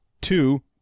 two